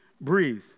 breathe